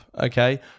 okay